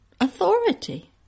Authority